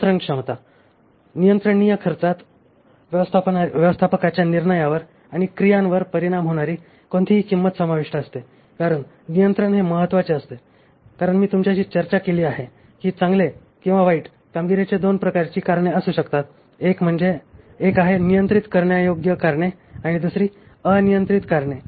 नियंत्रण क्षमता नियंत्रणीय खर्चात व्यवस्थापकाच्या निर्णयावर आणि क्रियांवर परिणाम होणारी कोणतीही किंमत समाविष्ट असते कारण नियंत्रण हे महत्वाचे असते कारण मी तुमच्याशी चर्चा केली आहे की चांगले किंवा वाईट कामगिरीचे दोन प्रकारची कारणे असू शकतात एक आहे नियंत्रित करण्यायोग्य कारणे आणि दुसरी अनियंत्रित कारणे